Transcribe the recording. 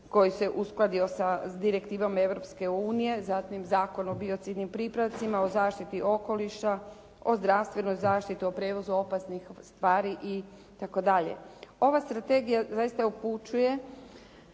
koji se uskladio sa direktivom Europske unije, zatim Zakon o biocidnim pripravcima, o zaštiti okoliša, o zdravstvenoj zaštiti o prijevozu opasnih stvari itd. Ova strategija zaista upućuje